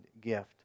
gift